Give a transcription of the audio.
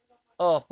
kira kau poly